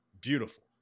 beautiful